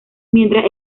mientras